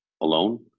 alone